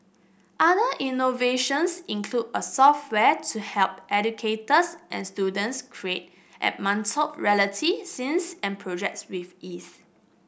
other innovations include a software to help educators and students create augmented reality scenes and projects with ease